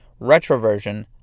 retroversion